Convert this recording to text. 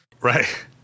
Right